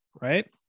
right